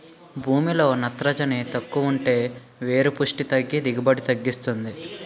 భూమిలో నత్రజని తక్కువుంటే వేరు పుస్టి తగ్గి దిగుబడిని తగ్గిస్తుంది